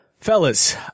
Fellas